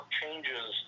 changes